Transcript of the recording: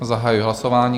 Zahajuji hlasování.